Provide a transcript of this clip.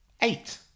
Eight